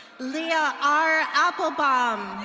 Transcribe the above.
lia r applebaum.